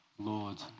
Lord